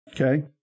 Okay